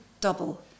double